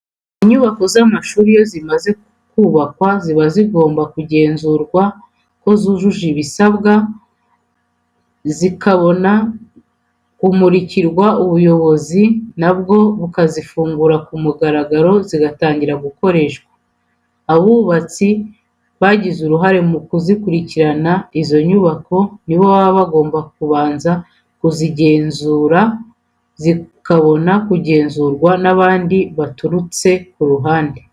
Inyubako z'amashuri iyo zimaze kubakwa ziba zigomba kugenzurwa ko zujuje ibisabwa zikabona kumurikirwa ubuyobozi na bwo bukazifungura ku mugaragaro, zigatangira gukoreshwa. Abubatsi bagize uruhare mu gukurikirana izo nyubako ni bo baba bagomba kubanza kuzigenzura zikabona kugenzurwa n'abandi baturutse ku ruhande.